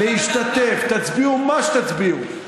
תצביעו מה שתצביעו,